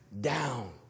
down